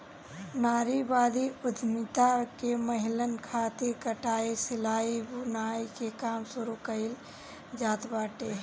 नारीवादी उद्यमिता में महिलन खातिर कटाई, सिलाई, बुनाई के काम शुरू कईल जात बाटे